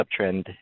uptrend